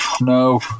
no